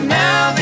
now